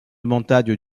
montagne